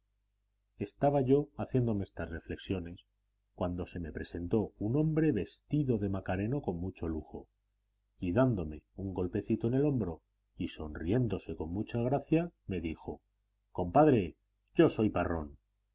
estaba yo haciendo estas reflexiones cuando se me presentó un hombre vestido de macareno con mucho lujo y dándome un golpecito en el hombro y sonriéndose con suma gracia me dijo compadre yo soy parrón